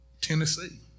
Tennessee